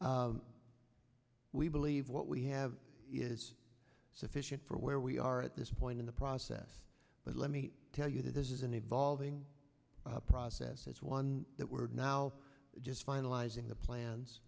we believe what we have is sufficient for where we are at this point in the process but let me tell you that this is an evolving process it's one that we're now just finalizing the plans